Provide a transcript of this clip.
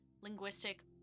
linguistic